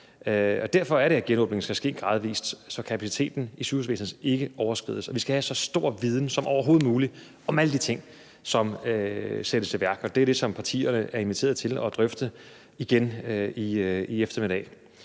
Derfor er det, at genåbningen skal ske gradvis, altså så kapaciteten i sygehusvæsenet ikke overskrides. Vi skal have så stor viden som overhovedet muligt om alle de ting, som sættes i værk, og det er det, som partierne er inviteret til at drøfte igen i eftermiddag.